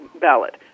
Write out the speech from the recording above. ballot